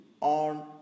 on